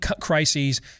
crises